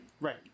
Right